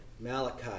Malachi